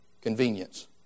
convenience